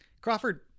Crawford